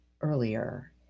earlier